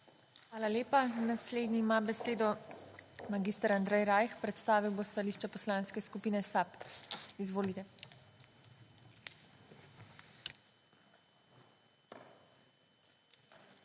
Hvala lepa. Naslednji ima besedo mag. Andrej Rajh. Predstavil bo stališče Poslanske skupine SAB. Izvolite. **MAG.